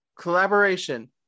collaboration